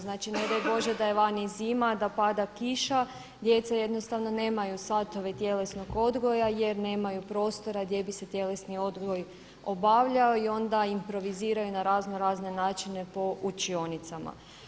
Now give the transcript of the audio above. Znači, ne daj bože da je vani zima, da pada kiša, djeca jednostavno nemaju satove tjelesnog odgoja jer nemaju prostora gdje bi se tjelesni odgoj obavljao i onda improviziraju na raznorazne načine po učionicama.